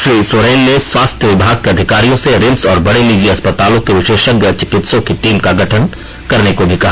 श्री सोरेन ने स्वास्थ्य विभाग के अधिकारियों से रिम्स और बड़े निजी अस्पतालों के विशेषज्ञ चिकित्सकों की टीम का गठन करने को भी कहा